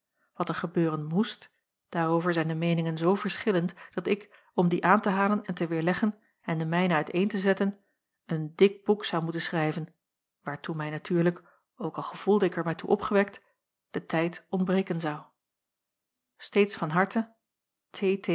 wat er gebeuren moest daarover zijn de meeningen zoo verschillend dat ik om die aan te halen en te weêrleggen en de mijne uit-een te zetten een dik boek zou moeten schrijven waartoe mij natuurlijk ook al gevoelde ik er mij toe opgewekt de tijd ontbreken zou steeds